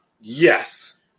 Yes